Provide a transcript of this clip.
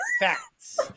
Facts